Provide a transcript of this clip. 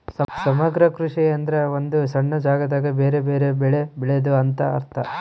ಸಮಗ್ರ ಕೃಷಿ ಎಂದ್ರ ಒಂದು ಸಣ್ಣ ಜಾಗದಾಗ ಬೆರೆ ಬೆರೆ ಬೆಳೆ ಬೆಳೆದು ಅಂತ ಅರ್ಥ